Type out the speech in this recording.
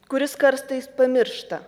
kuris kartais pamiršta